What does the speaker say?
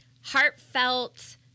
heartfelt